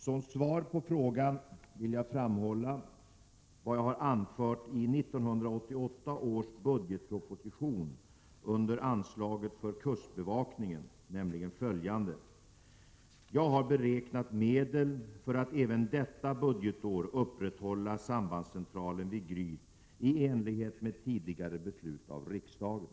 Som svar på frågan vill jag framhålla vad jag har anfört i 1988 års budgetproposition under anslaget för kustbevakningen, nämligen följande: ”Jag har beräknat medel för att även detta budgetår upprätthålla sambandscentralen vid Gryt i enlighet med tidigare beslut av riksdagen.”